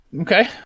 Okay